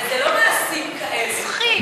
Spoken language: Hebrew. אז זה לא "מעשים כאלה" רוצחים,